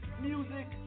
Music